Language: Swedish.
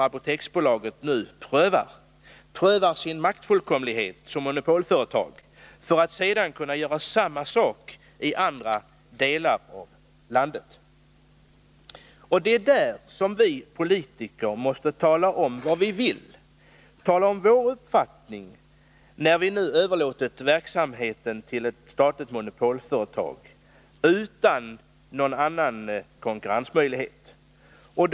Apoteksbolaget prövar här hur långt det kan gå i sin maktfullkomlighet som monopolföretag för att sedan kunna göra samma sak i andra delar av landet. Det är här som vi politiker måste tala om vad vi vill. Vi måste klargöra vår uppfattning, när vi nu överlåtit verksamheten till ett statligt monopolföretag utan att det finns någon möjlighet till konkurrens.